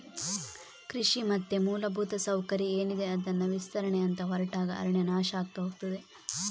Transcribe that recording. ಕೃಷಿ ಮತ್ತೆ ಮೂಲಭೂತ ಸೌಕರ್ಯ ಏನಿದೆ ಅದನ್ನ ವಿಸ್ತರಣೆ ಅಂತ ಹೊರಟಾಗ ಅರಣ್ಯ ನಾಶ ಆಗ್ತಾ ಹೋಗ್ತದೆ